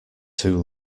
too